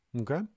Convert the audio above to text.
Okay